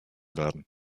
werden